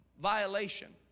violation